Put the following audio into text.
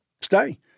stay